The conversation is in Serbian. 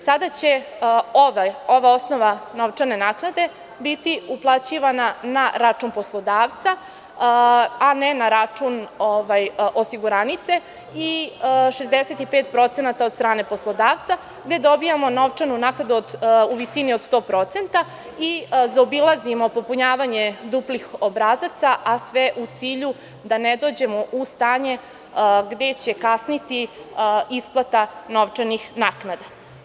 Sada će ova osnova novčane naknade biti uplaćivana na račun poslodavca, a ne na račun osiguranice i 65% od strane poslodavca, gde dobijamo novčanu naknadu u visini od 100% i zaobilazimo popunjavanje duplih obrazaca, a sve u cilju da ne dođemo u stanje gde će kasniti isplate novčanih naknada.